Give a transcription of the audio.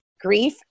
grief